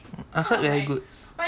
I heard very good